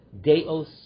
Deos